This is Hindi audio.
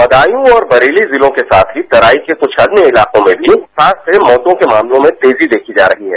बदायूं और बरेली जिलों के साथ ही तराई के कुछ अन्य इलाकों में भी बाढ़ से मौतों के मामलों में तेजी देखी जा रही है